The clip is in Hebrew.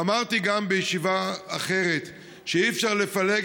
אמרתי גם בישיבה אחרת שאי-אפשר לפלג